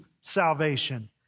salvation